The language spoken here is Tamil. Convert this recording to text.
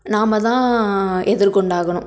நாம் தான் எதிர்கொண்டாகணும்